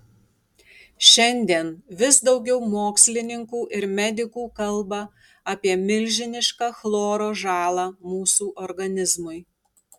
šiandien vis daugiau mokslininkų ir medikų kalba apie milžinišką chloro žalą mūsų organizmui